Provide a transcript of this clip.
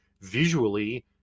visually